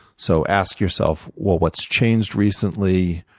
so ask yourself, well, what's changed recently?